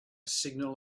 signal